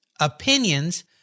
opinions